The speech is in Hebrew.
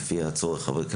לפי הצורך.